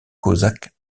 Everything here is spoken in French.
cosaques